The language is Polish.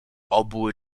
obły